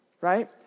right